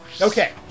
Okay